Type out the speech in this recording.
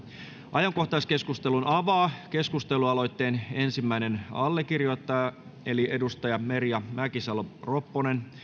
ajankohtaiskeskustelun avaa keskustelualoitteen ensimmäinen allekirjoittaja eli edustaja merja mäkisalo ropponen